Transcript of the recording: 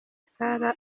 salah